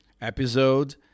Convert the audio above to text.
episode